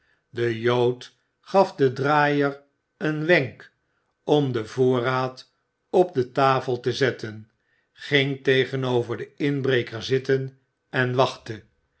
de jood gaf den draaier een wenk om den voorraad op de tafel te zetten ging tegenover den inbreker zitten en wachtte